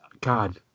God